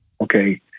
Okay